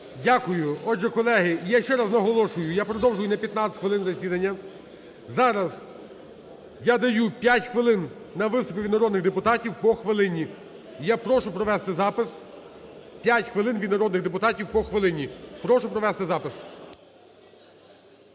Дякую. Отже, колеги, я ще раз наголошую, я продовжую на 15 хвилин засідання. Зараз я даю 5 хвилин на виступи від народних депутатів по хвилині. І я прошу провести запис: 5 хвилин від народних депутатів по хвилині. Прошу провести запис.